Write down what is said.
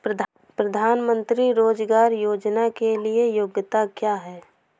प्रधानमंत्री रोज़गार योजना के लिए योग्यता क्या है?